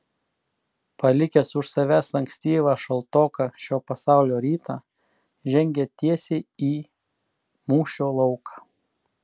palikęs už savęs ankstyvą šaltoką šio pasaulio rytą žengė tiesiai į mūšio lauką